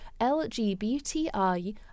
LGBTI